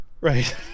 Right